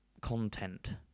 Content